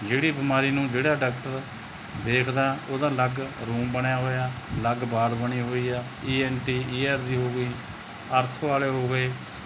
ਜਿਹੜੀ ਬਿਮਾਰੀ ਨੂੰ ਜਿਹੜਾ ਡਾਕਟਰ ਦੇਖਦਾ ਉਹਦਾ ਅਲੱਗ ਰੂਮ ਬਣਿਆ ਹੋਇਆ ਅਲੱਗ ਵਾਰਡ ਬਣੀ ਹੋਈ ਆ ਈ ਐਨ ਟੀ ਈਅਰ ਦੀ ਹੋ ਗਈ ਅਰਥੋ ਵਾਲੇ ਹੋ ਗਏ